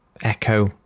echo